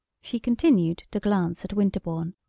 she continued to glance at winterbourne.